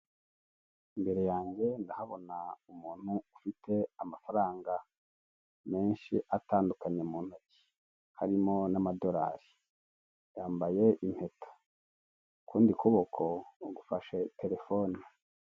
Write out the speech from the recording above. Imbere yange ndahabona umuntu ufite amafaranga menshi atandukanye mu ntoki harimo n'amadorari yambaye impeta, ukundi kuboko gufashe telefone.